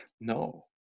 No